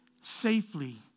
safely